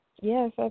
Yes